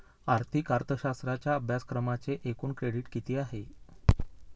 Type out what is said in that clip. आर्थिक अर्थशास्त्राच्या अभ्यासक्रमाचे एकूण क्रेडिट किती आहेत?